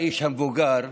האיש המבוגר,